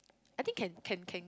I think can can can